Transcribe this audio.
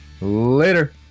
Later